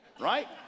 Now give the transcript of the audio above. right